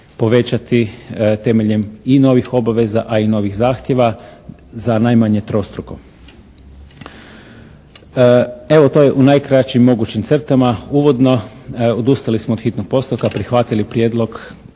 povećati temeljem i novih obaveza, a i novih zahtjeva za najmanje trostruko. Evo to je u najkraćim mogućim crtama. Uvodno, odustali smo od hitnog postupka. Prihvatili prijedlog